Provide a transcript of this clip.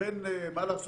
הכלי הזה